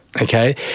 Okay